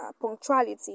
punctuality